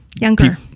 Younger